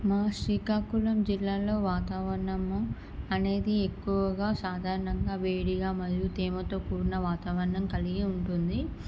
మా శ్రీకాకుళం జిల్లాల్లో వాతావరణము అనేది ఎక్కువగా సాధారణంగా వేడిగా మరియు తేమతో కూడిన వాతావరణం కలిగి ఉంటుంది